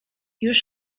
już